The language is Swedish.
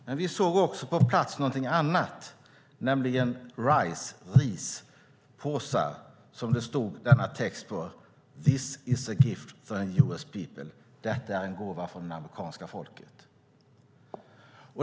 Men vi såg på plats också någonting annat, nämligen rispåsar med denna text: This is a gift from US people - detta är en gåva från det amerikanska folket.